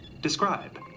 describe